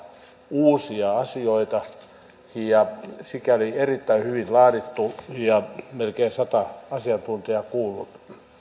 uusia asioita huomioon ottava ja sikäli erittäin hyvin laadittu ja melkein sata asiantuntijaa kuullut